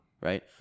right